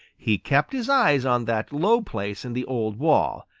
he kept his eyes on that low place in the old wall,